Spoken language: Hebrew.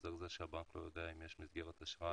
איך זה שהבנק לא יודע אם יש מסגרת אשראי?